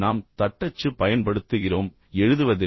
நாம் தட்டச்சு பயன்படுத்துகிறோம் எழுதுவதில்லை